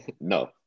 No